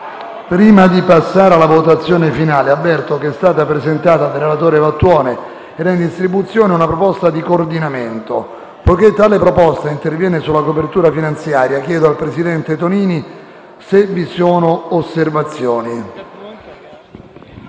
Prima di procedere alla votazione finale, avverto che è stata presentata dal relatore Vattuone, ed è in distribuzione, la proposta di coordinamento C1. Poiché tale proposta interviene sulla copertura finanziaria, chiedo al presidente della Commissione